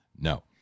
No